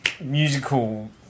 musical